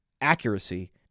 accuracy